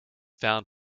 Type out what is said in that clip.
found